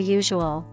usual